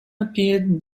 appeared